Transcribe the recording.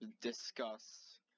discuss